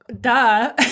duh